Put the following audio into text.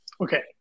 Okay